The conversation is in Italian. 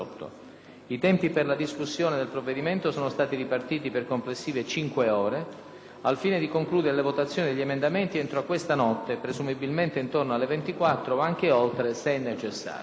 I tempi per la discussione del provvedimento sono stati ripartiti, per complessive cinque ore, nel modo seguente, al fine di concludere le votazioni entro questa notte, presumibilmente intorno alle 24 o anche oltre, se necessario.